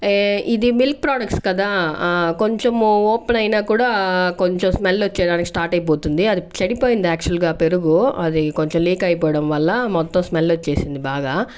ఇది milk products కదా కొంచెము ఓపెన్ అయినా కూడా కొంచెం స్మెల్ వచ్చే దానికి స్టార్ట్ అయిపోతుంది అది చెడిపోయింది యాక్చువల్ గా పెరుగు అది కొంచెం లీక్ అయిపోవడం వల్ల మొత్తం స్మెల్ వచ్చేసింది బాగా